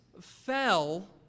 fell